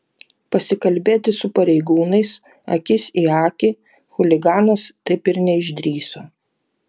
pasikalbėti su pareigūnais akis į akį chuliganas taip ir neišdrįso